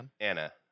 anna